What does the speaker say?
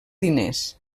diners